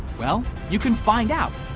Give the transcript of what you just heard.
well, you can find out.